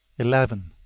eleven.